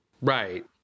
Right